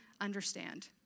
understand